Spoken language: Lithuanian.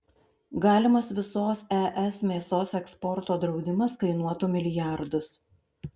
galimas visos es mėsos eksporto draudimas kainuotų milijardus